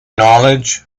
knowledge